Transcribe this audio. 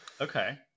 Okay